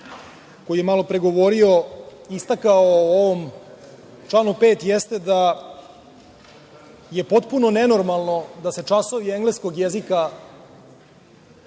koji je malopre govorio, istakao o ovom članu 5. jeste da je potpuno nenormalno da se časovi engleskog jezika